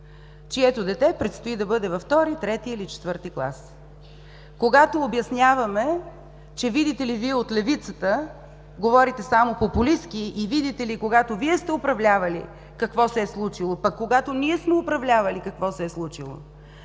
чието дете предстои да бъде във втори, трети или четвърти клас. Когато обясняваме, че, видите ли, Вие от левицата говорите само популистки, и, видите ли, когато Вие сте управлявали какво се е случило, пък когато ние сме управлявали, какво се е случило.